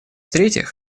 третьих